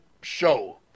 show